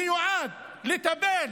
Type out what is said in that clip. מיועד לטפל